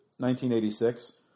1986